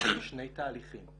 עובר שני תהליכים.